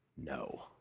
No